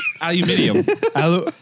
Aluminium